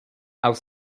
aus